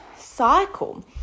cycle